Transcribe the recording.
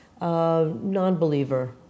non-believer